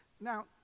Now